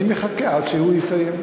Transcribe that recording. אני מחכה עד שהוא יסיים,